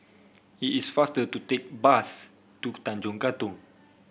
it is faster to take bus to Tanjong Katong